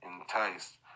enticed